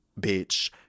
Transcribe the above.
bitch